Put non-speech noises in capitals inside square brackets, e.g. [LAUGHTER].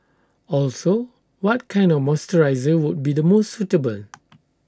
also what kind of moisturiser would be the most suitable [NOISE]